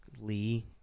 Lee